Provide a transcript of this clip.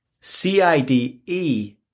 C-I-D-E